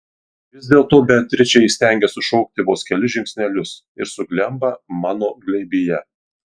vis dėlto beatričė įstengia sušokti vos kelis žingsnelius ir suglemba mano glėbyje